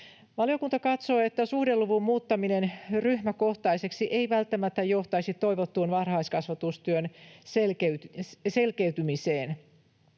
Valiokunta katsoo, että suhdeluvun muuttaminen ryhmäkohtaiseksi ei välttämättä johtaisi toivottuun varhaiskasvatustyön selkeytymiseen.